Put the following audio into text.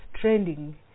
trending